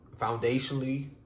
foundationally